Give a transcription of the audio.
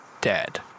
dead